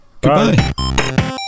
Goodbye